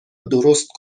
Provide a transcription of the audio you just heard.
درست